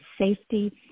safety